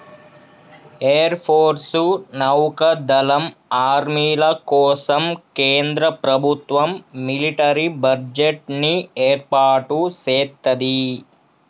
air force, నౌకా దళం, ఆర్మీల కోసం కేంద్ర ప్రభుత్వం మిలిటరీ బడ్జెట్ ని ఏర్పాటు సేత్తది